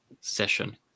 session